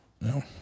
no